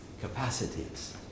capacities